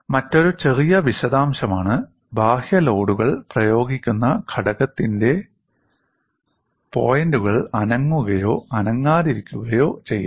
മറ്റൊരു ചെറിയ വിശദാംശമാണ് ബാഹ്യ ലോഡുകൾ പ്രയോഗിക്കുന്ന ഘടകത്തിന്റെ പോയിന്റുകൾ അനങ്ങുകയോ അനങ്ങാതിരിക്കുകയോ ചെയ്യാം